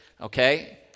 okay